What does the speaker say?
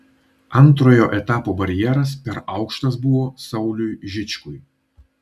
antrojo etapo barjeras per aukštas buvo sauliui žičkui